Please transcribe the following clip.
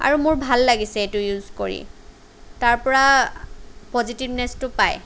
আৰু মোৰ ভাল লাগিছে এইটো ইউজ কৰি তাৰপৰা পজিটিভনেচ্টো পায়